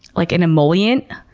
like an emollient,